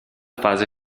fase